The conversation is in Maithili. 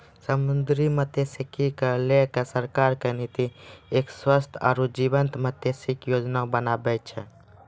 समुद्री मत्सयिकी क लैकॅ सरकार के नीति एक स्वस्थ आरो जीवंत मत्सयिकी योजना बनाना छै